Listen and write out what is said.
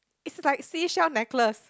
is like seashell necklaces